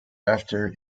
after